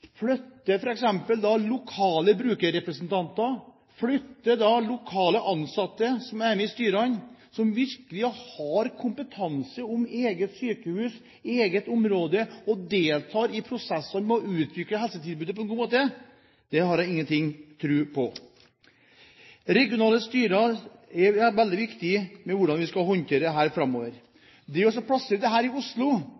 flytte f.eks. lokale brukerrepresentanter, flytte lokale ansatte som er med i styrene som virkelig har kompetanse om eget sykehus, eget område, og som deltar i prosessene for å utvikle helsetilbudet på en god måte? Det har jeg ingen tro på. Regionale styrer er veldig viktige for hvordan vi skal